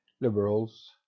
liberals